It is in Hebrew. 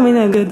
ומי נגד?